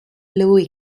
louis